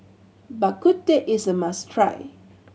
Bak Kut Teh is a must try